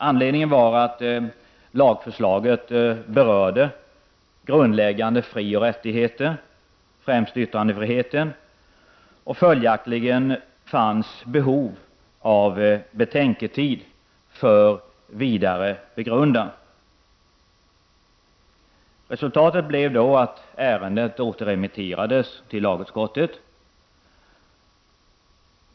Anledningen var att lagförslaget berörde grundläggande frioch rättigheter, främst yttrandefriheten, och följaktligen fanns behov av betänketid för vidare begrundan. Resultatet blev att ärendet återremitterades till lagutskottet.